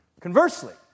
Conversely